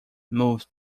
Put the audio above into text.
moved